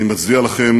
אני מצדיע לכם